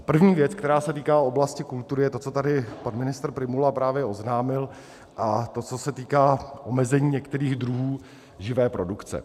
První věc, která se týká oblasti kultury, je to, co tady pan ministr Prymula právě oznámil, a to, co se týká omezení některých druhů živé produkce.